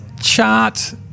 chart